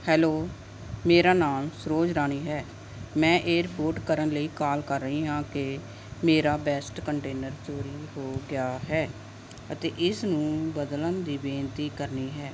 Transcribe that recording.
hello ਮੇਰਾ ਨਾਂ ਸਰੋਜ ਰਾਣੀ ਹੈ ਮੈਂ ਇਹ ਰਿਪੋਟ ਕਰਨ ਲਈ ਕਾਲ ਕਰ ਰਹੀ ਹਾਂ ਕਿ ਮੇਰਾ ਬੈਸਟ ਕੰਟੇਨਰ ਚੋਰੀ ਹੋ ਗਿਆ ਹੈ ਅਤੇ ਇਸ ਨੂੰ ਬਦਲਣ ਦੀ ਬੇਨਤੀ ਕਰਨੀ ਹੈ